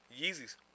Yeezys